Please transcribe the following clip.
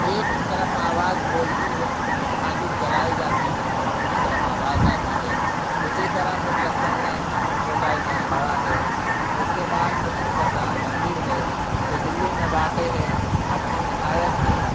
ایک طرف آواز بولتی ہے ماچس جلائی جاتی ہے تو دوسری طرف آواز آتی ہے اسی طرح پھر لکھنؤ میں چھوٹا امام باڑہ ہے اس کے بعد پھر اکشردھام مندر ہے جو دہلی میں واقع ہے اپنی نہایت ہی